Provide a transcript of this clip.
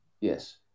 Yes